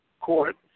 court